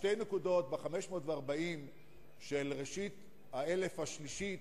שתי נקודות: ב-540 של ראשית האלף השלישי,